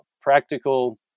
practical